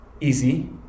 easy